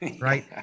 right